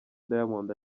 diamond